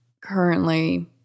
currently